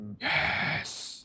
Yes